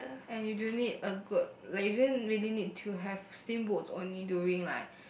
and you don't need a good like you don't really need to have steamboats only during like